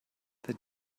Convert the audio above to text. they